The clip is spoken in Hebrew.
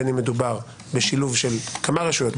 בין אם מדובר בשילוב של כמה רשויות,